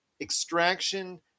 extraction